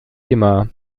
immer